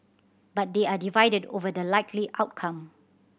but they are divided over the likely outcome